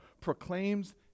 proclaims